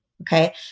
okay